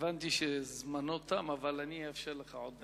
הבנתי שזמנך תם, אבל אאפשר לך עוד דקה.